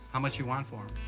how much you want for